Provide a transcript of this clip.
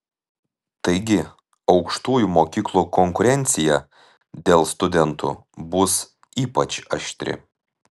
taigi aukštųjų mokyklų konkurencija dėl studentų bus ypač aštri